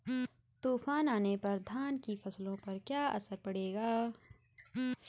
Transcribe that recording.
तूफान आने पर धान की फसलों पर क्या असर पड़ेगा?